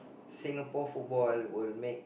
Singapore football will make